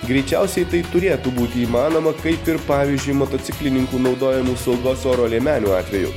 greičiausiai tai turėtų būti įmanoma kaip ir pavyzdžiui motociklininkų naudojamų saugos oro liemenių atveju